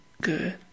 good